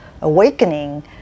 awakening